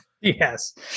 Yes